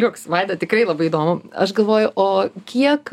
liuks vaida tikrai labai įdomu aš galvoju o kiek